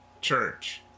Church